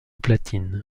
platine